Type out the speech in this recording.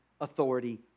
authority